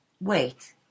Wait